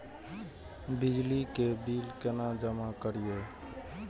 बिजली के बिल केना जमा करिए?